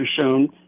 shown